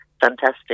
fantastic